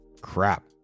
crap